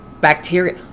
bacteria